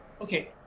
Okay